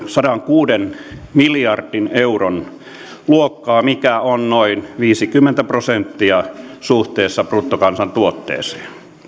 sadankuuden miljardin euron luokkaa mikä on noin viisikymmentä prosenttia suhteessa bruttokansantuotteeseen